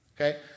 Okay